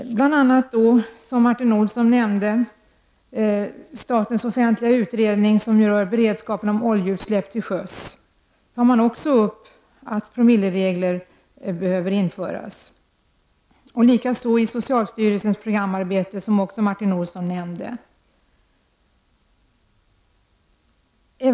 Som Martin Olsson nämnde tar man t.ex. i SOU 1990:15, ”Beredskapen mot oljeutsläpp till sjöss”, upp att promilleregler behöver införas. Detsamma görs i socialstyrelsens programarbete, som Martin Olsson också nämnde.